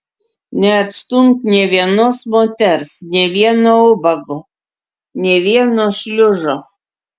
neatstumk nė vienos moters nė vieno ubago nė vieno šliužo